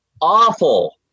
awful